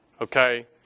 okay